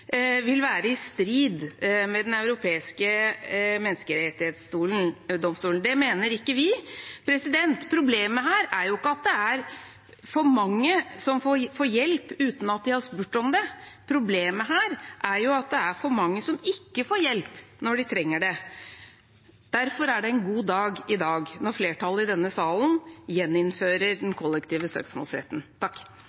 vil være i strid med Den europeiske menneskerettsdomstol. Det mener ikke vi. Problemet her er ikke at det er for mange som får hjelp uten at de har spurt om det, problemet her er at det er for mange som ikke får hjelp når de trenger det. Derfor er det en god dag i dag når flertallet i denne salen gjeninnfører den